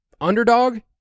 underdog